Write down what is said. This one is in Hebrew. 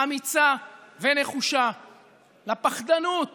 אמיצה ונחושה לפחדנות